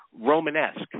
Romanesque